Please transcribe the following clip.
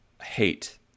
hate